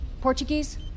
Portuguese